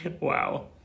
Wow